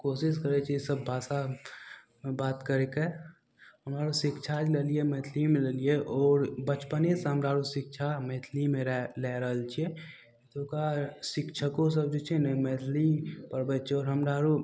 कोशिश करय छियै सभ भाषा मे बात करयके हमर शिक्षा जे लेलियै मैथिलीमे लेलियै आओर बचपनेसँ हमरा आर सीखय इच्छा मैथिलीमे रहय लए रहल छियै तऽ ओकर शिक्षको सभ जे छै ने मैथिली पढ़बैत छै आओर हमरा आरु